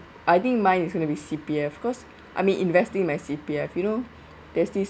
I think mine is going to be C_P_F cause I mean investing my C_P_F you know there's this